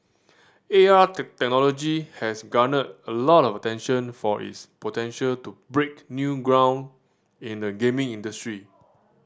A R technology has garnered a lot of attention for its potential to break new ground in the gaming industry